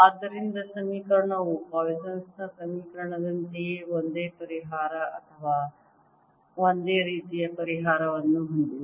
ಆದ್ದರಿಂದ ಸಮೀಕರಣವು ಪಾಯ್ಸನ್ ನ ಸಮೀಕರಣದಂತೆಯೇ ಒಂದೇ ಪರಿಹಾರ ಅಥವಾ ಒಂದೇ ರೀತಿಯ ಪರಿಹಾರವನ್ನು ಹೊಂದಿದೆ